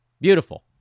Beautiful